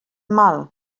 mal